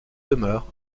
demeure